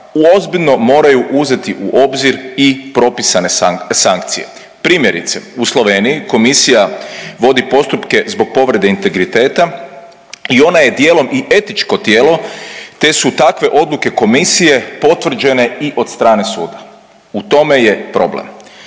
ozbiljno moraju uzeti u obzir i propisane sankcije. Primjerice, u Sloveniji komisija vodi postupke zbog povrede integriteta i ona je dijelom i etičko tijelo, te su takve odluke komisije potvrđene i od strane suda, u tome je problem.